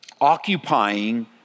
occupying